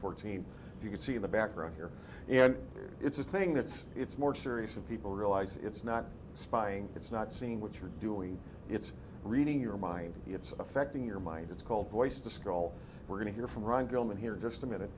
fourteen you can see in the background here and it's a thing that's it's more serious of people realize it's not spying it's not seeing what you're doing it's reading your mind it's affecting your mind it's called voice to scroll we're going to hear from ryan gilman here just a